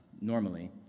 normally